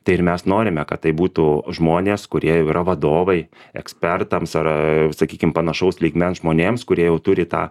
tai ir mes norime kad tai būtų žmonės kurie jau yra vadovai ekspertams ar sakykim panašaus lygmens žmonėms kurie jau turi tą